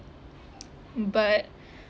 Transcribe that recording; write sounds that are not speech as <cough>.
<noise> but <breath>